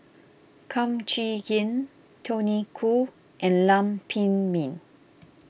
Kum Chee Kin Tony Khoo and Lam Pin Min